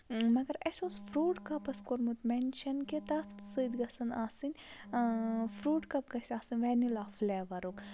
مگر اَسہِ اوس فروٗٹ کَپَس کوٚرمُت میٚنشَن کہِ تَتھ سۭتۍ گَژھَن آسٕنۍ فروٗٹ کَپ گَژھِ آسٕنۍ ویٚنِلا فلیوَرُک